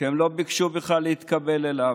שהם לא ביקשו בכלל להתקבל אליו,